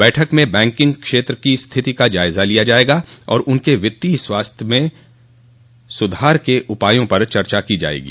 बैठक में बैंकिंग क्षेत्र की स्थिति का जायजा लिया जायेगा और उनके वित्तीय स्वास्थ्य में सुधार के उपायों पर चर्चा की जायेगी